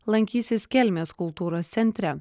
lankysis kelmės kultūros centre